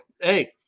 Hey